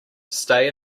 stay